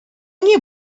nie